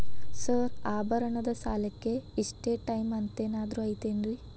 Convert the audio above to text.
Sir ಆಭರಣದ ಸಾಲಕ್ಕೆ ಇಷ್ಟೇ ಟೈಮ್ ಅಂತೆನಾದ್ರಿ ಐತೇನ್ರೇ?